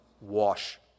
wash